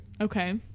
Okay